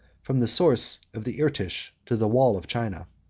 from the source of the irtish to the wall of china.